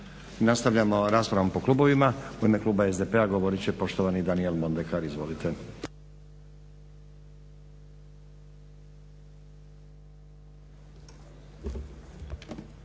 Nastavljamo raspravu po klubovima. U ime kluba SDP-a govorit će poštovani Daniel Mondekar. Izvolite.